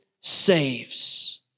saves